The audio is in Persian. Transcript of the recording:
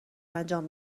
انجام